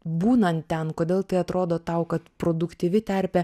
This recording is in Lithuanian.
būnant ten kodėl tai atrodo tau kad produktyvi terpė